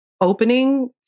opening